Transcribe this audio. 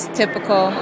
typical